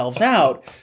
out